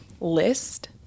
list